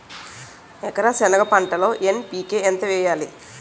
ఎకర సెనగ పంటలో ఎన్.పి.కె ఎంత వేయాలి?